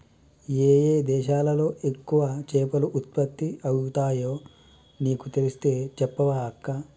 ఏయే దేశాలలో ఎక్కువ చేపలు ఉత్పత్తి అయితాయో నీకు తెలిస్తే చెప్పవ అక్కా